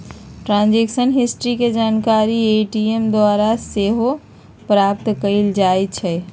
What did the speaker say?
transaction history के जानकारी ATM द्वारा सेहो प्राप्त कएल जाइ छइ